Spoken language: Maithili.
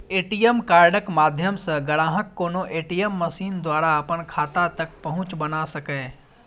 ए.टी.एम कार्डक माध्यम सं ग्राहक कोनो ए.टी.एम मशीन द्वारा अपन खाता तक पहुंच बना सकैए